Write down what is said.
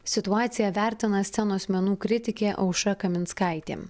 situaciją vertina scenos menų kritikė aušra kaminskaitė